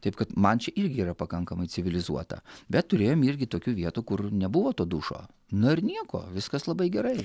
taip kad man čia irgi yra pakankamai civilizuota bet turėjom irgi tokių vietų kur nebuvo to dušo nu ir nieko viskas labai gerai